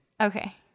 Okay